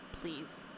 Please